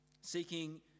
seeking